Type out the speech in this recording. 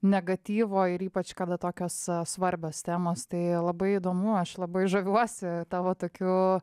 negatyvo ir ypač kada tokios svarbios temos tai labai įdomu aš labai žaviuosi tavo tokiu